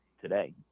today